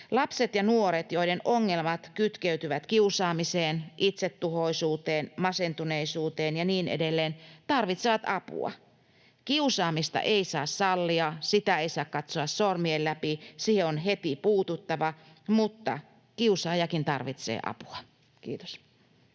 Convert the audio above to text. Lapset ja nuoret, joiden ongelmat kytkeytyvät kiusaamiseen, itsetuhoisuuteen, masentuneisuuteen ja niin edelleen, tarvitsevat apua. Kiusaamista ei saa sallia, sitä ei saa katsoa sormien läpi, siihen on heti puututtava, mutta kiusaajakin tarvitsee apua. — Kiitos.